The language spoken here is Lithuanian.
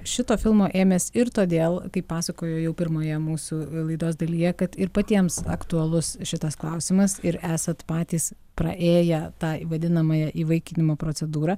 šito filmo ėmės ir todėl kaip pasakojo jau pirmoje mūsų laidos dalyje kad ir patiems aktualus šitas klausimas ir esat patys praėję tą vadinamąją įvaikinimo procedūrą